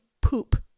poop